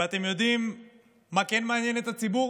ואתם יודעים מה כן מעניין את הציבור?